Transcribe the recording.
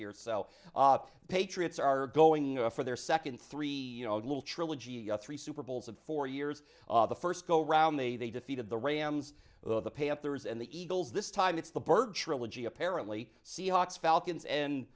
yourself up patriots are going for their second three little trilogy of three super bowls of four years the first go round they defeated the rams are the panthers and the eagles this time it's the bird trilogy apparently seahawks falcons and